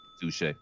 Touche